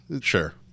sure